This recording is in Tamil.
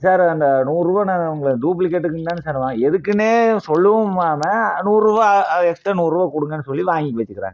சார் அந்த நூறு ரூபா நானு அந்த டூப்புலிகேட்டுக்குனு தானே வாங்கு எதுக்குனே சொல்லவும் இல்லாமல் நூறு ரூபாய் அது எக்ஸ்ட்ரா நூறு ரூபாய் கொடுங்கன்னு சொல்லி வாங்கி வச்சுக்கிறாங்க